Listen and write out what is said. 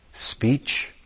speech